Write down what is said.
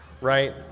right